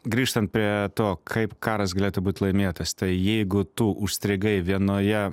grįžtant prie to kaip karas galėtų būt laimėtas tai jeigu tu užstrigai vienoje